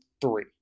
three